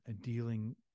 dealing